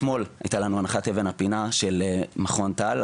אתמול הייתה לנו הנחת אבן הפינה של מכון טל,